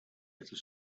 little